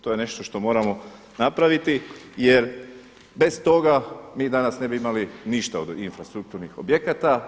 To je nešto što moramo napraviti jer bez toga mi danas ne bi imali ništa od infrastrukturnih objekata.